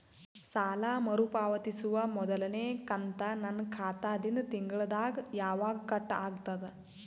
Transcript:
ಸಾಲಾ ಮರು ಪಾವತಿಸುವ ಮೊದಲನೇ ಕಂತ ನನ್ನ ಖಾತಾ ದಿಂದ ತಿಂಗಳದಾಗ ಯವಾಗ ಕಟ್ ಆಗತದ?